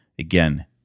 Again